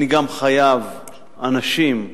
אני גם חייב אנשים חדשים.